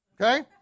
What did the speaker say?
okay